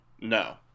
no